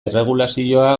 erregulazioa